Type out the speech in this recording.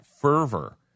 fervor